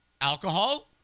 Alcohol